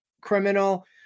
criminal